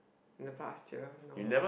the pasture no